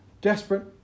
desperate